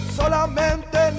solamente